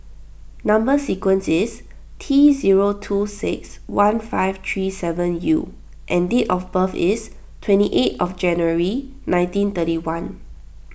Number Sequence is T zero two six one five three seven U and date of birth is twenty eight of January nineteen thirty one